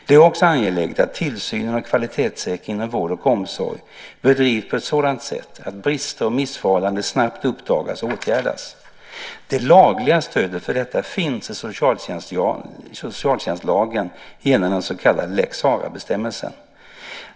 Det är också angeläget att tillsynen och kvalitetssäkringen inom vård och omsorg bedrivs på ett sådant sätt att brister och missförhållanden snabbt uppdagas och åtgärdas. Det lagliga stödet för detta finns i socialtjänstlagen genom den så kallade lex Sarah-bestämmelsen.